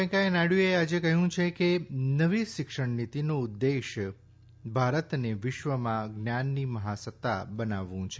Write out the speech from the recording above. વૈકેયાનાયડુએ આજે કહ્યું છે કે નવી શીક્ષણનિતીનો ઉદયેશ ભારતને વિશ્વમાં જ્ઞાનની મહાશક્તિ બનાવવું છે